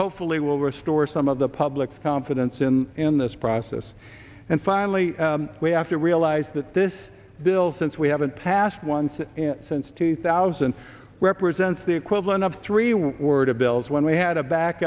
hopefully will restore some of the public's confidence in in this process and finally we have to realize that this bill since we haven't passed once since two thousand represents the equivalent of three word of bills when we had a back